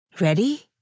Ready